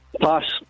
Pass